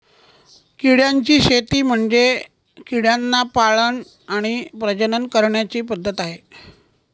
किड्यांची शेती म्हणजे किड्यांना पाळण आणि प्रजनन करण्याची पद्धत आहे